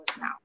now